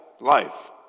life